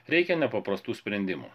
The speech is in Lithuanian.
reikia nepaprastų sprendimų